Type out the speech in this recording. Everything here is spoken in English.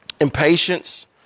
impatience